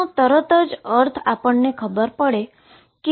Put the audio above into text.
તેનો તુરંત અર્થ થાય છે